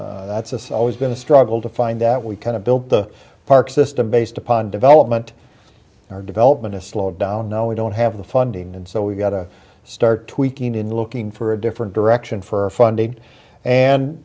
that's us i was going to struggle to find that we kind of built the park system based upon development our development is slow down now we don't have the funding and so we've got to start tweaking in looking for a different direction for funding and